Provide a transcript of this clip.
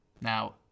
now